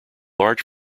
large